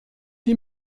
die